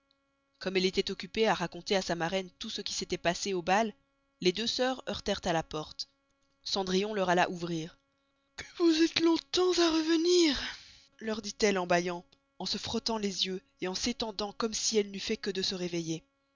comme elle estoit occupée à raconter à sa maraine tout ce qui s'étoit passé au bal les deux sœurs heurterent à la porte cendrillon leur alla ouvrir que vous estes longtemps à revenir leur dit-elle en bâillant en se frottant les yeux en s'étendant comme si elle n'eust fait que de se réveiller